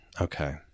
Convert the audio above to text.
okay